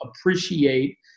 appreciate